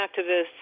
activists